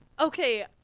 okay